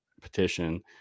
petition